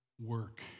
work